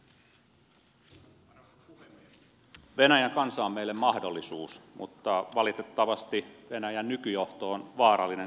venäjän kansa on meille mahdollisuus mutta valitettavasti venäjän nykyjohto on vaarallinen koko euroopalle